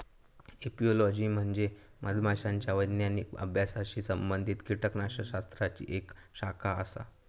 apiology म्हणजे मधमाशांच्या वैज्ञानिक अभ्यासाशी संबंधित कीटकशास्त्राची एक शाखा आसा